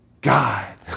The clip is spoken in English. God